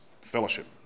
fellowship